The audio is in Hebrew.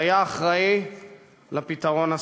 שהיה אחראי ל"פתרון הסופי".